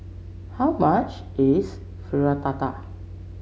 how much is Fritada